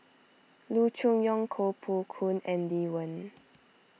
Loo Choon Yong Koh Poh Koon and Lee Wen